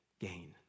gain